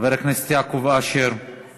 חבר הכנסת יעקב אשר, איננו.